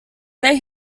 they